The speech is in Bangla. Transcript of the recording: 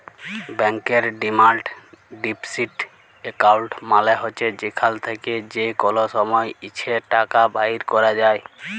ব্যাংকের ডিমাল্ড ডিপসিট এক্কাউল্ট মালে হছে যেখাল থ্যাকে যে কল সময় ইছে টাকা বাইর ক্যরা যায়